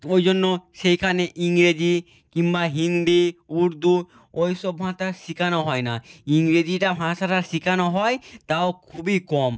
ওই জন্য সেইখানে ইংরেজি কিংবা হিন্দি উর্দু ওই সব শেখানো হয় না ইংরেজিটা ভাষাটা শেখানো হয় তাও খুবই কম